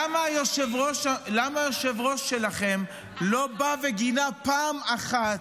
עכשיו, למה היושב-ראש שלכם לא בא וגינה פעם אחת,